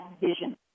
vision